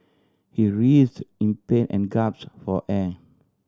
he writhed in pain and gasped for air